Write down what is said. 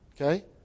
Okay